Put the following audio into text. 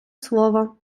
слово